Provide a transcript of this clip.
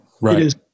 Right